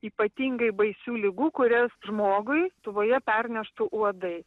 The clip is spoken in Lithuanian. ypatingai baisių ligų kurias žmogui tuvoje perneša uodai